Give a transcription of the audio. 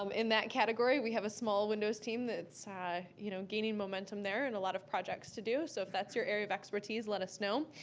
um in that category, we have a small windows team that's you know gaining momentum there, and a lot of projects to do. so if that's your area of expertise, let us know.